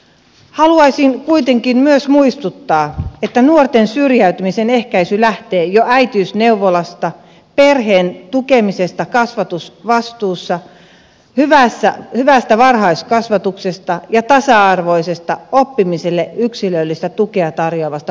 haluaisin kuitenkin myös muistuttaa että nuorten syrjäytymisen ehkäisy lähtee jo äitiysneuvolasta perheen tukemisesta kasvatusvastuussa hyvästä varhaiskasvatuksesta ja tasa arvoisesta oppimiselle yksilöllistä tukea tarjoavasta peruskoulusta